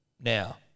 Now